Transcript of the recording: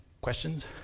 questions